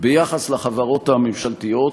ביחס לחברות הממשלתיות,